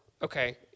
Okay